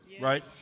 right